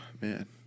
Man